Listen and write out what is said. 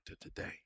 today